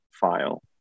file